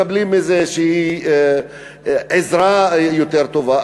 מקבלים איזושהי עזרה יותר טובה.